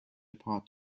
apart